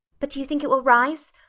but do you think it will rise?